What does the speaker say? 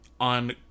on